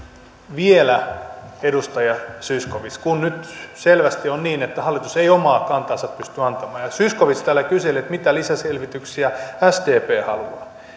vielä edustaja zyskowicz kun nyt selvästi on niin että hallitus ei omaa kantaansa pysty antamaan ja zyskowicz täällä kyseli että mitä lisäselvityksiä sdp haluaa